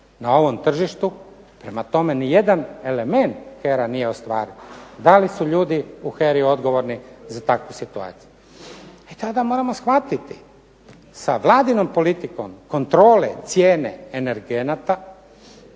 na ovom tržištu, prema tome ni jedan element HERA nije ostvarila. Da li su ljudi u HERA-i odgovorni za takvu situaciju. I tada moramo shvatiti sa Vladinom politikom kontrole cijene energenata,